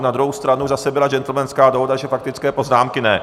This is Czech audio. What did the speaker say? Na druhou stranu zase byla džentlmenská dohoda, že faktické poznámky ne.